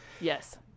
yes